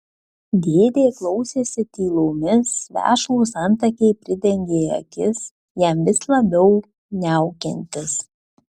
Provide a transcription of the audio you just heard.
dėdė klausėsi tylomis vešlūs antakiai pridengė akis jam vis labiau niaukiantis